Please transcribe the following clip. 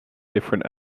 different